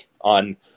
on